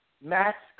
Max